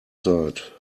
zeit